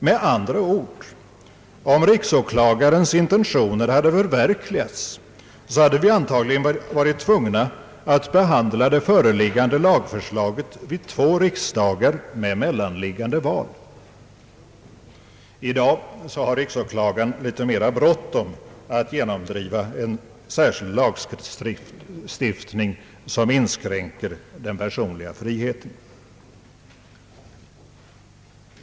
Med andra ord, om riksåklagarens intentioner hade förverkligats hade vi antagligen varit tvungna att behandla det föreliggande lagförslaget vid två riksdagar med mellanliggande val. I dag har riksåklagaren litet mera bråttom att genomdriva en särskild lagstiftning som inskränker den personliga friheten.